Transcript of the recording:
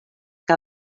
que